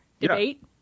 debate